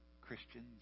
Christians